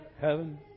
Heaven